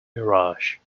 mirage